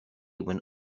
when